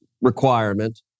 requirement